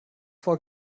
vor